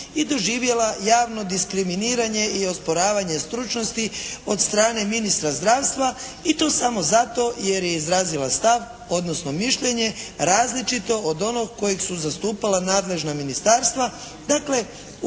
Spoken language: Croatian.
i doživjela javno diskriminiranje i osporavanje stručnosti od strane ministra zdravstva i to samo zato jer je izrazila stav, odnosno mišljenje različito od onog kojeg su zastupala nadležna ministarstva, dakle